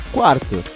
Quarto